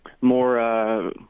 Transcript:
more